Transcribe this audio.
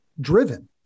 driven